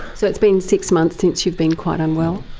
so it's been six months since you've been quite unwell?